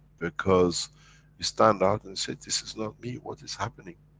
because you stand out and say, this is not me, what is happening?